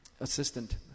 assistant